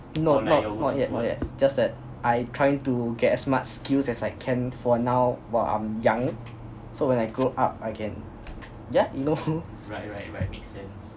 no not not yet not yet just that I'm just trying to get as much skills as I can for now while I'm young so when I grow up I can yeah you know